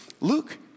Luke